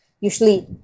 usually